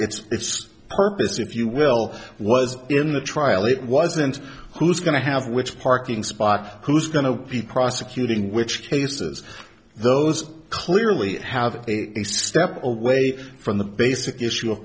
impact its purpose if you will was in the trial it wasn't who's going to have which parking spot who's going to be prosecuting which cases those clearly have a step away from the basic issue